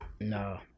no